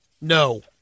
No